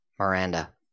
Miranda